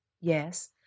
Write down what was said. Yes